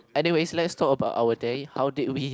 anyways let's talk about our day how did we